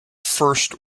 first